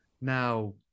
Now